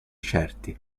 certi